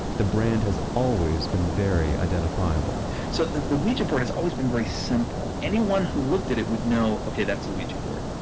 the brand has always been very identifiable so the ouija board has always been very simple. anyone who looked at it would know, okay, that's a ouija board.